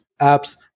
apps